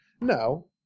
No